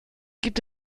gibt